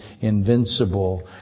invincible